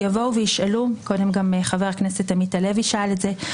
יבואו ישאלו קודם גם חבר הכנסת עמית הלוי שאל את זה,